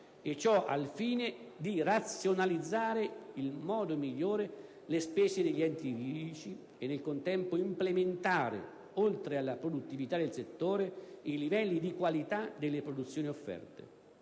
E ciò al fine di razionalizzare in modo migliore le spese degli enti lirici e nel contempo implementare, oltre alla produttività del settore, i livelli di qualità delle produzioni offerte.